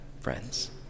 friends